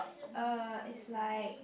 uh is like